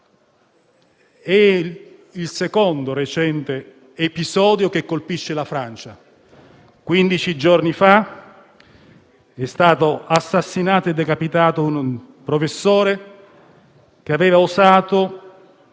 del secondo recente episodio che colpisce la Francia: quindici giorni fa è stato assassinato e decapitato un professore che aveva osato